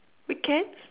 weekends